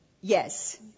yes